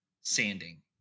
sanding